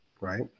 right